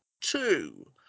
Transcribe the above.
two